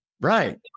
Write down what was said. Right